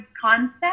concept